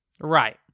Right